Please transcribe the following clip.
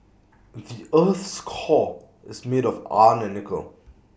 the Earth's core is made of iron and nickel